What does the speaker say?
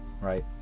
right